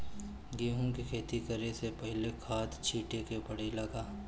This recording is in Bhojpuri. गेहू के खेती करे से पहिले खाद छिटे के परेला का?